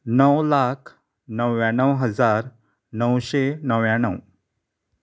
णव लाख णव्याणव हजार णवशें णव्याणव